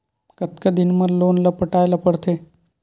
कतका दिन मा लोन ला पटाय ला पढ़ते?